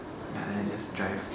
ya then I just drive